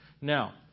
Now